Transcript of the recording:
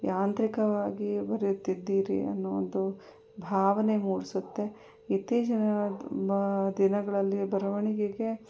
ಯಾಂತ್ರಿಕವಾಗಿ ಬರೆಯುತ್ತಿದ್ದೀರಿ ಅನ್ನೋ ಒಂದು ಭಾವನೆ ಮೂಡಿಸುತ್ತೆ ಇತ್ತೀಚಿನ ಮ ದಿನಗಳಲ್ಲಿ ಬರವಣಿಗೆಗೆ